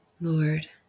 Lord